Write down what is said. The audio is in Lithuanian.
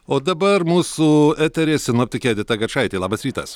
o dabar mūsų etery sinoptikė edita gačaitė labas rytas